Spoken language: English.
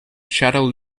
shadow